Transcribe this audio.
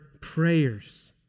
Prayers